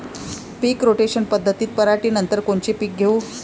पीक rotation पद्धतीत पराटीनंतर कोनचे पीक घेऊ?